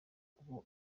ubu